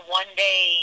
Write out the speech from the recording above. one-day